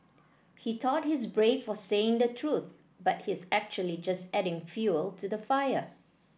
he thought he's brave for saying the truth but he's actually just adding fuel to the fire